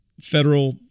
federal